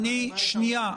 מה העיקרון?